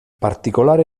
particolare